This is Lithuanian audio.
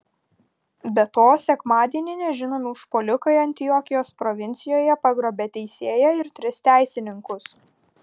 be to sekmadienį nežinomi užpuolikai antiokijos provincijoje pagrobė teisėją ir tris teisininkus